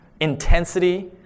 intensity